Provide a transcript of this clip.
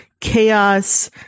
Chaos